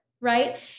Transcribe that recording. right